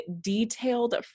detailed